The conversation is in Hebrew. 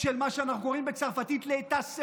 של מה שאנחנו קוראים בצרפתית L'Etat,